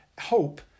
hope